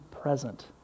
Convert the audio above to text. present